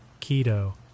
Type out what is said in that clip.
keto